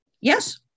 Yes